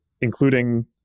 including